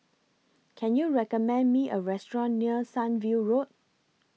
Can YOU recommend Me A Restaurant near Sunview Road